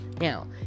Now